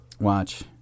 Watch